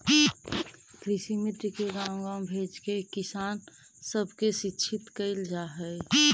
कृषिमित्र के गाँव गाँव भेजके किसान सब के शिक्षित कैल जा हई